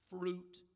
Fruit